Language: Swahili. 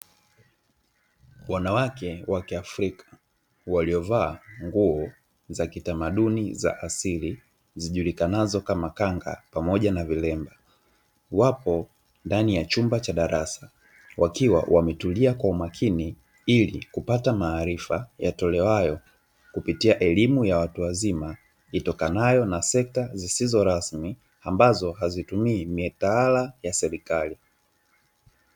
Wanawake wa kiafrika waliovaa nguo za kitamaduni za asili zijulikanazo kama kanga pamoja na vilemba wapo ndani ya chumba cha darasa wakiwa wametulia kwa umakini ili kupata maarifa yatolewayo kupitia elimu ya watu wazima itokanayo na sekta zisizo rasmi ambazo hazitumii mitaala ya serikali.